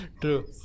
true